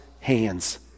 hands